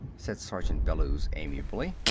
said sergeant bellews amiably.